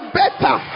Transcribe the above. better